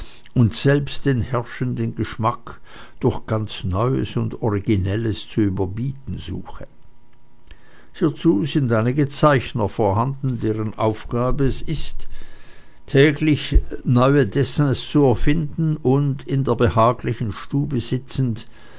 und selbst den herrschenden geschmack durch ganz neues und originelles zu überbieten suche hiezu sind eigene zeichner vorhanden deren aufgabe es ist lediglich neue dessins zu erfinden und in der behaglichen stube sitzend